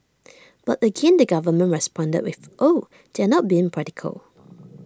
but again the government responded with oh they're not being practical